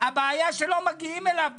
הבעיה שלא מגיעים אליו בזמן.